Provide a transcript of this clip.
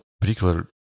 particular